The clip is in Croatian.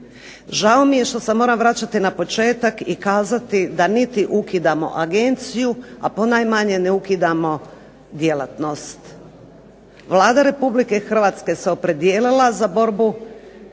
Žao mi je što se moram vraćati na početak i kazati da niti ukidamo agenciju, a ponajmanje ne ukidamo djelatnost. Vlada Republike Hrvatske se opredijelila za borbu